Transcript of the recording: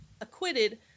acquitted